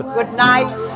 Goodnight